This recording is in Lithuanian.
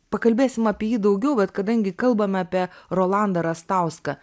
pakalbėsim apie jį daugiau bet kadangi kalbame apie rolandą rastauską